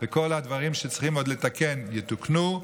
וכל הדברים שצריך עוד לתקן יתוקנו.